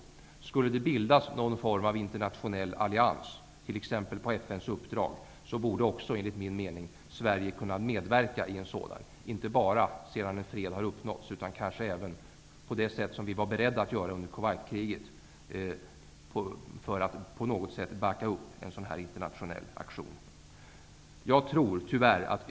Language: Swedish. Om det skulle bildas någon form av internationell allians, t.ex. på FN:s uppdrag, borde enligt min mening också Sverige kunna medverka i en sådan. Vi skulle inte bara kunna medverka sedan en fred har uppnåtts, utan kanske även på det sätt som vi var beredda att göra under Kuwaitkriget för att på något sätt backa upp en sådan internationell aktion.